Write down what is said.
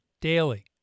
daily